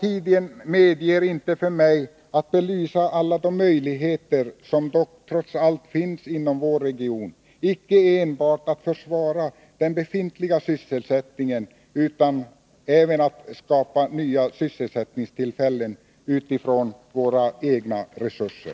Tiden medger inte att jag belyser alla de möjligheter som Nr 144 trots allt finns inom vår region icke enbart att försvara den befintliga sysselsättningen, utan även att skapa nya sysselsättningstillfällen utifrån våra egna resurser.